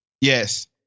Yes